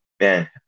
man